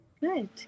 Good